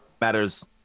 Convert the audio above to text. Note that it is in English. matters